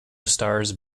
stars